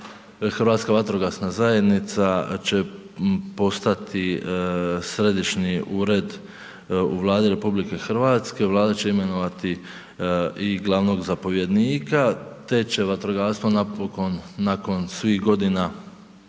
Hrvatska vatrogasna zajednica, će postati središnji ured u Vladi RH, Vlada će imenovati i glavnog zapovjednika, te će vatrogastvo, napokon, nakon svih godina,